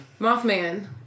Mothman